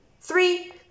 three